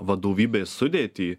vadovybės sudėtį